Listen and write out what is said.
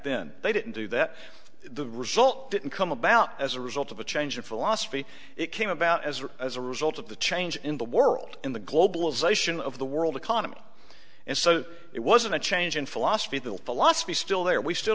then they didn't do that the result didn't come about as a result of a change in philosophy it came about as a as a result of the change in the world in the globalization of the world economy and so it wasn't a change in philosophy the philosophy still there we still